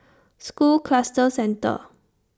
School Cluster Centre